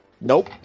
Nope